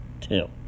two